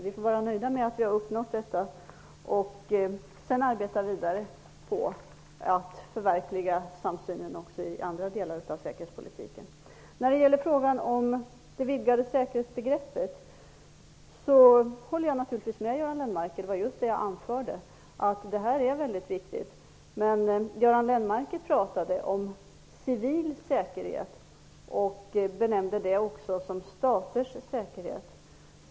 Vi får vara nöjda med att vi har uppnått detta och sedan arbeta vidare på att förverkliga samsynen också i andra delar av säkerhetspolitiken. När det gäller frågan om det vidgade säkerhetsbegreppet håller jag naturligtvis med Göran Lennmarker. Det var just det jag anförde, att detta är väldigt viktigt. Men Göran Lennmarker pratade om civil säkerhet och benämnde det också som staters säkerhet.